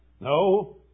No